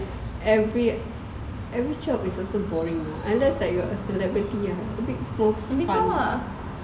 every every is also boring you know unless like you're a celebrity ah a bit more fun